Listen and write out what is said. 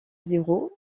zéro